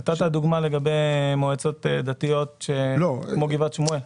נתת דוגמה לגבי מועצות דתיות כמו גבעת שמואל.